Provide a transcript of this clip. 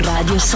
Radio